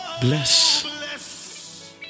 bless